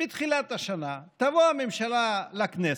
בתחילת השנה, תבוא הממשלה לכנסת,